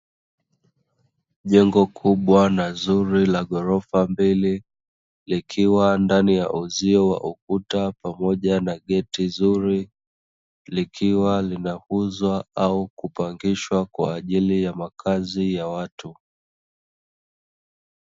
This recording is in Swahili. Jengo kubwa na zuri la ghorofa mbele likiwa ndani ya uzio wa ukuta pamoja na geti zuri, likiwa linauuzwa au kupangishwa kwa ajili ya makazi ya watu.